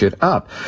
up